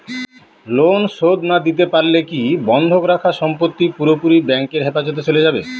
Loan শোধ না দিতে পারলে কি বন্ধক রাখা সম্পত্তি পুরোপুরি ব্যাংকের হেফাজতে চলে যাবে?